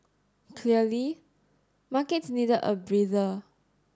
clearly markets needed a breather